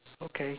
okay